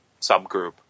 subgroup